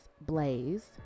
Blaze